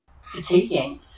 fatiguing